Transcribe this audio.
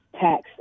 tax